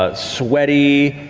ah sweaty,